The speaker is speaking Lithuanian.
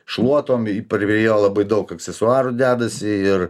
šluotom prie jo labai daug aksesuarų dedasi ir